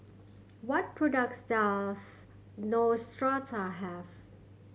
what products does Neostrata have